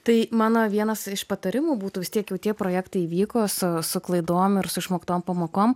tai mano vienas iš patarimų būtų vis tiek jau tie projektai įvyko su su klaidom ir su išmoktom pamokom